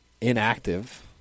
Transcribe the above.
inactive